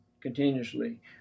continuously